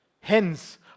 Hence